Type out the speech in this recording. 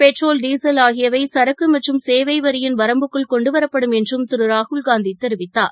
petrol diesel ஆகியவைசரக்குமற்றும் சேவைவரியின் வரம்புக்குள் கொண்டுவரப்படும் என்றும் திருராகுல்காந்திதெரிவித்தார்